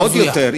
עוד יותר,